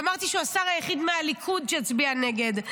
ואמרתי שהוא השר היחיד מהליכוד שהצביע נגד.